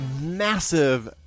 massive